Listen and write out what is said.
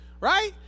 right